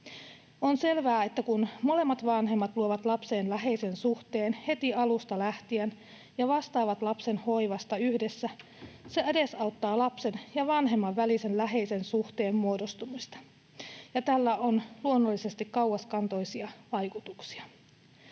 On selvää, että kun molemmat vanhemmat luovat lapseen läheisen suhteen heti alusta lähtien ja vastaavat lapsen hoivasta yhdessä, se edesauttaa lapsen ja vanhemman välisen läheisen suhteen muodostumista, ja tällä on luonnollisesti kauaskantoisia vaikutuksia.